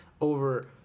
over